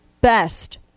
best